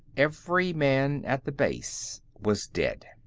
every man at the base was dead.